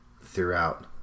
throughout